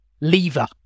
lever